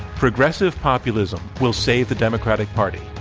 progressive populism will save the democratic party,